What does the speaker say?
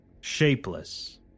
shapeless